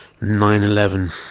9/11